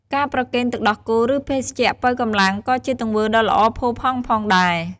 ការប្រគេនទឹកដោះគោ ឬភេសជ្ជៈប៉ូវកម្លាំង ក៏ជាទង្វើដ៏ល្អផូរផង់ផងដែរ។